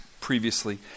previously